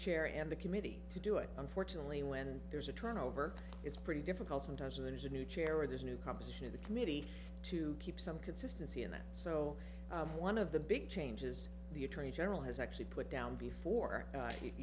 chair and the committee to do it unfortunately when there's a turnover it's pretty difficult sometimes there's a new chair or there's new composition of the committee to keep some consistency in that so one of the big changes the attorney general has actually put down before